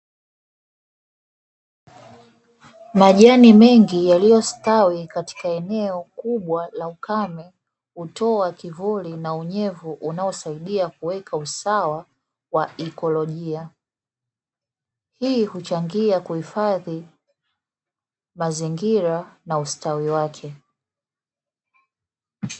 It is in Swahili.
Majani mengi yaliyostawi katika eneo kubwa la ukame, hutoa kivuli na unyevu unaosaidia kuweka usawa wa ikolojia, hii huchangia kuhifadhi mazingira na ustawi wake.